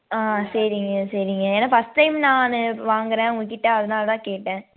ஆ சரிங்க சரிங்க ஏன்னா ஃபர்ஸ்ட் டைம் நான் வாங்குறேன் உங்கள்கிட்ட அதனால தான் கேட்டேன்